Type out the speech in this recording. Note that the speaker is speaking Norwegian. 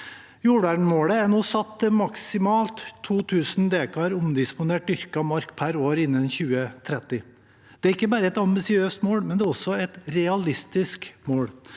Jordvernmålet er nå satt til maksimalt 2 000 dekar omdisponert dyrket mark per år innen 2030. Det er ikke bare et ambisiøst mål, det er også et realistisk mål.